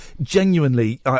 genuinely